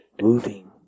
Moving